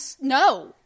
No